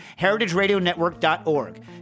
heritageradionetwork.org